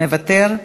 מוותר,